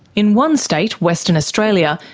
in one state, western australia,